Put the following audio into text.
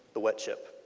the web chip.